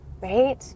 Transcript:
right